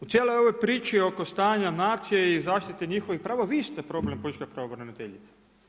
U cijeloj ovoj priči oko stanja nacije i zaštite njihovih prava, vi ste problem pučka pravobraniteljice.